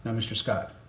um mr. scott.